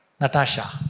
Natasha